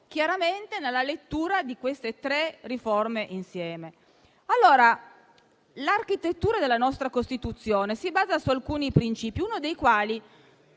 chiaramente nella lettura di queste tre riforme insieme. L'architettura della nostra Costituzione si basa su alcuni principi, alcuni dei quali